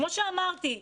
כמו שאמרתי,